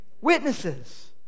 witnesses